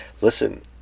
listen